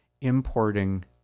importing